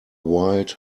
wild